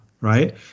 right